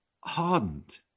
hardened